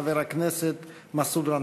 חבר הכנסת מסעוד גנאים.